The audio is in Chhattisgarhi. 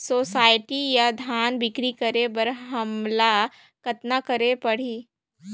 सोसायटी म धान बिक्री करे बर हमला कतना करे परही?